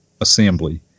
assembly